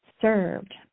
served